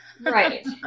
Right